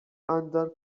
under